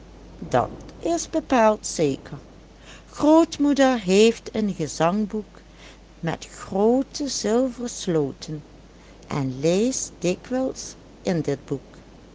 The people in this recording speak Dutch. dat is bepaald zeker grootmoeder heeft een gezangboek met groote zilveren sloten en leest dikwijls in dit boek